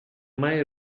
mai